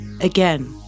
Again